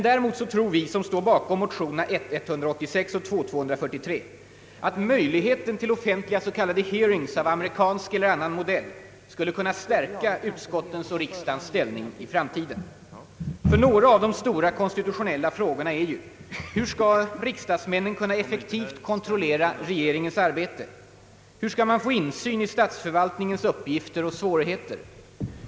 Däremot tror vi som står bakom motion I:186 och II: 243 att möjligheten till offentliga s.k. hearings av amerikansk eller annan modell skulle kunna stärka utskottens och riksdagens ställning i framtiden. För några av de stora konstitutionella frågorna är ju: Hur skall riksdagsmännen kunna effektivt kontrollera regeringens arbete? Hur skall man kunna få insyn i statsförvaltningens uppgifter och svårigheter?